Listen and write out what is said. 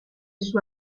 sue